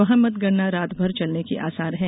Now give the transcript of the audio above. वहां मतगणना रातभर चलने के आसार हैं